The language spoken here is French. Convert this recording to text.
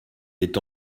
est